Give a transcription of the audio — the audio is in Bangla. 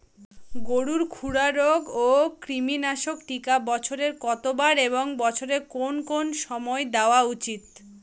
গরুর খুরা রোগ ও কৃমিনাশক টিকা বছরে কতবার এবং বছরের কোন কোন সময় দেওয়া উচিৎ?